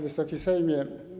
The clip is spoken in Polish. Wysoki Sejmie!